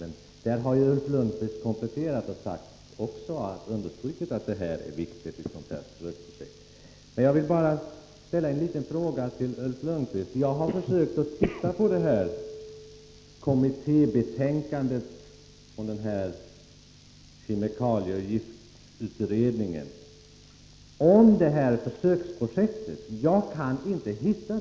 Men Ulf Lönnqvist kompletterade detta och sade att ett sådånt här projekt är viktigt. Jag har gått igenom kommittébetänkandet och försökt hitta någonting om detta försöksprojekt men inte lyckats.